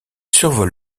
survole